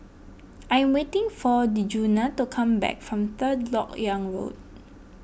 I am waiting for Djuna to come back from Third Lok Yang Road